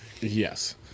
Yes